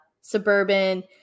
suburban